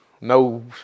No